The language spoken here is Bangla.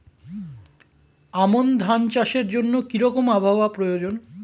আমন ধান চাষের জন্য কি রকম আবহাওয়া প্রয়োজন?